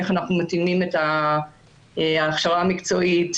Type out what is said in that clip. איך מתאימים הכשרה מקצועית